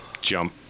jump